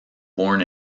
born